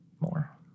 more